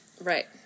Right